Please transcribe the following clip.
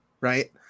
right